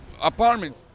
apartment